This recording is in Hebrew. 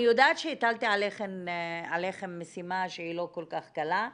אני יודעת שהטלתי עליכם משימה שהיא לא כל כך קלה,